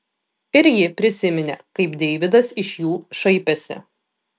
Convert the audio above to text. ir ji prisiminė kaip deividas iš jų šaipėsi